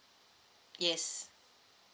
yes